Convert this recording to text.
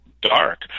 dark